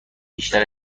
بیشتر